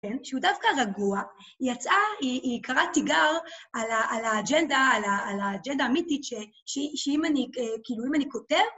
שהוא דווקא רגוע, היא יצאה, היא קראה תיגר על האג'נדה, על האג'נדה המיתית שאם אני כותב